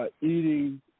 eating